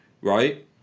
Right